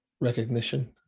Recognition